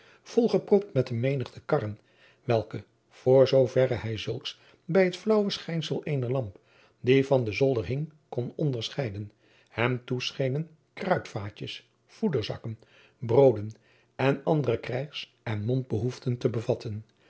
volgepropt met eene menigte karren welke voor zooverre hij zulks bij het flaauwe schijnsel eener lamp die van den zolder hing kon onderscheiden hem toeschenen kruidvaatjens voederzakken brooden en andere krijgs en mondbehoeften te bevatten